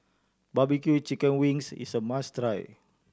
barbecue chicken wings is a must try